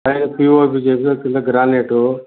పైన పీఓపీ చేయించాం కింద గ్రానెట్